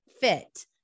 fit